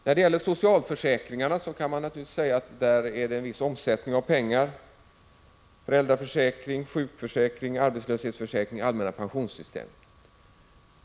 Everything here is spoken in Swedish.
När det gäller socialförsäkringarna kan man naturligtvis säga att det är en viss omsättning av pengar — föräldraförsäkring, sjukförsäkring, arbetslöshetsförsäkring, det allmänna pensionssystemet.